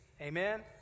Amen